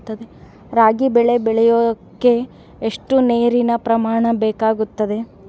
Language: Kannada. ರಾಗಿ ಬೆಳೆ ಬೆಳೆಯೋಕೆ ಎಷ್ಟು ನೇರಿನ ಪ್ರಮಾಣ ಬೇಕಾಗುತ್ತದೆ?